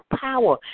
power